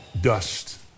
dust